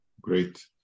Great